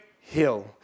hill